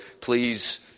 please